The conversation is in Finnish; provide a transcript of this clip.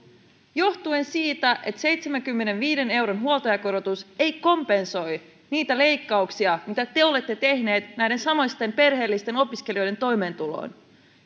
johtuen siitä että seitsemänkymmenenviiden euron huoltajakorotus ei kompensoi niitä leikkauksia mitä te te olette tehneet näiden samaisten perheellisten opiskelijoiden toimeentuloon